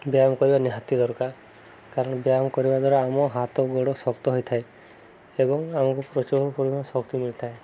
ବ୍ୟାୟାମ କରିବା ନିହାତି ଦରକାର କାରଣ ବ୍ୟାୟାମ କରିବା ଦ୍ୱାରା ଆମ ହାତ ଗୋଡ଼ ଶକ୍ତ ହୋଇଥାଏ ଏବଂ ଆମକୁ ପ୍ରଚୁର ପରିମାଣ ଶକ୍ତି ମିଳିଥାଏ